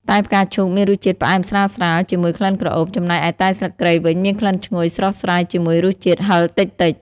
តែផ្កាឈូកមានរសជាតិផ្អែមស្រាលៗ ជាមួយក្លិនក្រអូប ចំណែកឯតែស្លឹកគ្រៃវិញមានក្លិនឈ្ងុយស្រស់ស្រាយជាមួយរសជាតិហិរតិចៗ។